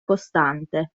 costante